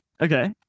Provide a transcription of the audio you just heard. Okay